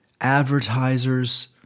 advertisers